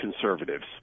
conservatives